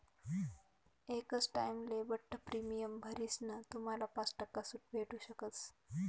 एकच टाइमले बठ्ठ प्रीमियम भरीसन तुम्हाले पाच टक्का सूट भेटू शकस